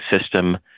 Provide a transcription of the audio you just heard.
system